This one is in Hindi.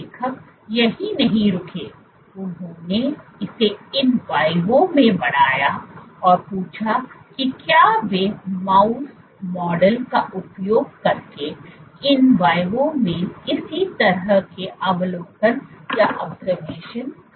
लेखक यहीं नहीं रुके उन्होंने इसे in vivo में बढ़ाया और पूछा कि क्या वे माउस मॉडल का उपयोग करके in vivo में इसी तरह के अवलोकन कर सकते हैं